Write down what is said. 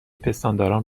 پستانداران